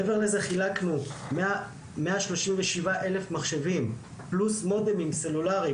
מעבר לזה חילקנו 137 אלף מחשבים פלוס מודמים סלולריים